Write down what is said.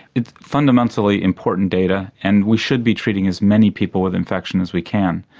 it's fundamentally important data and we should be treating as many people with infections as we can.